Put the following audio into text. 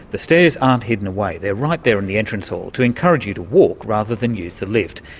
the stairs aren't hidden away, they're right there in the entrance hall to encourage you to walk rather than use the lift.